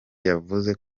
yavuze